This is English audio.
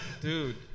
Dude